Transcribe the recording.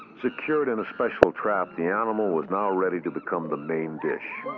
secured in a special trap, the animal was now ready to become the main dish.